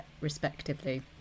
respectively